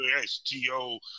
STO